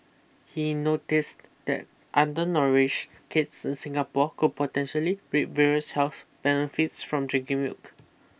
he noticed that undernourished kids in Singapore could potentially reap various health benefits from drinking milk